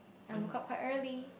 I woke up quite early